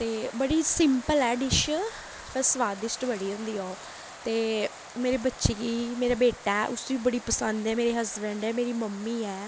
ते बड़ी सिंपल ऐ डिश पर स्वादिश्ट बड़ी होंदी ऐ ओह् ते मेरे बच्चे गी मेरे बेटा ऐ उस्सी बड़ी पसंद ऐ मेरे हसबैंड ऐ मेरी मम्मी ऐ